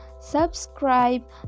subscribe